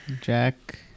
Jack